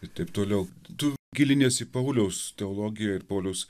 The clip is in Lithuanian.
ir taip toliau tu giliniesi į pauliaus teologiją ir pauliaus